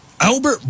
Albert